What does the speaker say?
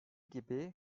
gibi